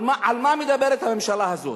על מה מדברת הממשלה הזאת,